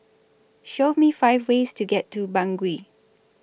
Show Me five ways to get to Bangui